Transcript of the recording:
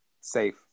safe